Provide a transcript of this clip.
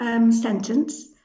sentence